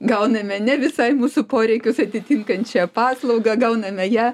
gauname ne visai mūsų poreikius atitinkančią paslaugą gauname ją